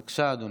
בבקשה, אדוני.